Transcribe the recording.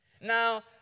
Now